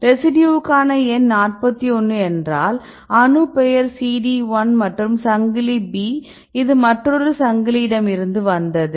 ரெசிடியூவுக்கான எண் 41 என்றாள் அணு பெயர் CD 1 மற்றும் சங்கிலி B இது மற்றொரு சங்கிலி இடம் இருந்து வந்தது